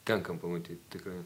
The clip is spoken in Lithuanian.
tenka pamatyt tikrai